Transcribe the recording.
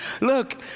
Look